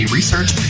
research